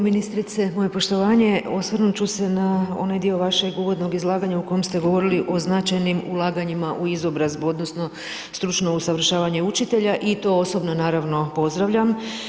Ministrice, moje poštovanje, osvrnuti ću se na onaj dio vašeg uvodnog izlaganja u kojem ste govorili o značajnim ulaganjima u izobrazbu odnosno stručno usavršavanje učitelja i to osobno naravno pozdravljam.